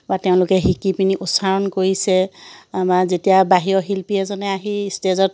বা তেওঁলোকে শিকি পিনি উচ্চাৰণ কৰিছে আমাৰ যেতিয়া বাহিৰৰ শিল্পী এজনে আহি ষ্টেজত